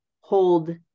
hold